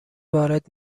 وارد